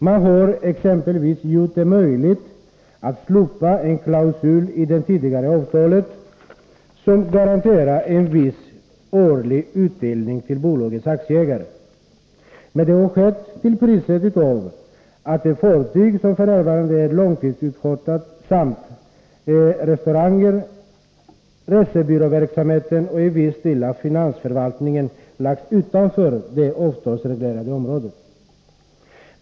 Man har exempelvis gjort det möjligt att slopa en klausul i det tidigare avtalet som garanterar en viss årlig utdelning till bolagets aktieägare. Men det har skett till priset av att ett fartyg som f. n. är långtidsutchartrat samt restaurangen, resebyråverksamheten och viss del av finansförvaltningen lagts utanför det avtalsreglerade området.